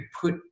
put